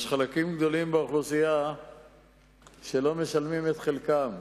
יש חלקים גדולים באוכלוסייה שלא משלמים את חלקם,